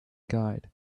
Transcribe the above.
guide